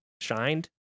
shined